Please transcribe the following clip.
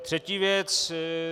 Třetí věc.